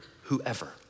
Whoever